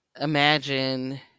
imagine